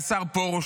השר פרוש,